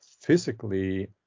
physically